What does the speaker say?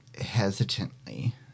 hesitantly